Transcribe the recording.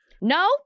No